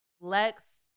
Lex